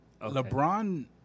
LeBron